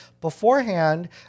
beforehand